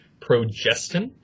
progestin